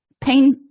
pain